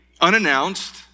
unannounced